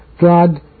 God